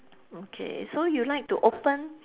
okay so you like to open